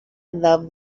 love